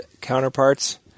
counterparts